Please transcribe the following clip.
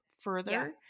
further